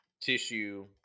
tissue